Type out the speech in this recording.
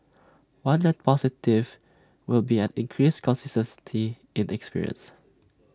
one net positive will be an increased consistency in the experience